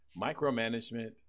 micromanagement